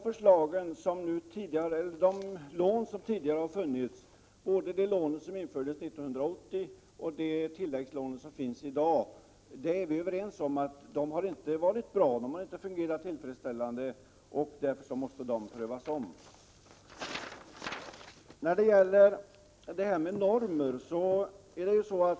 När det gäller de lån som tidigare har funnits, både det lån som infördes 1980 och det tilläggslån som förekommer i dag, är vi överens om att de inte har fungerat tillfredsställande och att de därför måste omprövas.